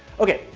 okay,